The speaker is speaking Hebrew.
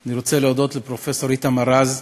אני רוצה להודות לפרופסור איתמר רז,